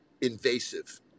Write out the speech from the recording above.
invasive